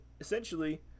essentially